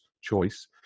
choice